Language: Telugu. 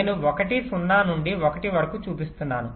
నేను 1 0 నుండి 1 వరకు చూపిస్తున్నాను